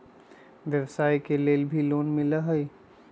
व्यवसाय के लेल भी लोन मिलहई?